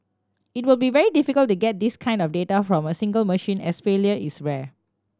it would be very difficult to get this kind of data from a single machine as failure is rare